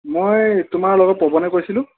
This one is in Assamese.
মই তোমাৰ লগৰ পৱনে কৈছিলোঁ